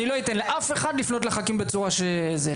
אני לא אתן לאף אחד לפנות לח"כים בצורה שזה,